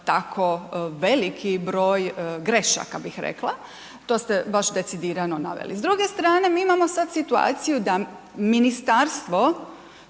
tako veliki broj grešaka, bih rekla. To ste baš decidirano naveli. S druge strane mi imamo sad situaciju da ministarstvo